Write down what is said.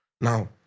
Now